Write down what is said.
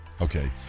Okay